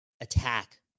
attack